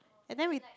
and then we